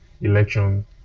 election